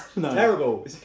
terrible